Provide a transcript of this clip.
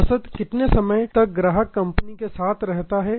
औसत कितने समय तक ग्राहक कंपनी के साथ रहता है